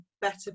better